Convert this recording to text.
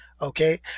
okay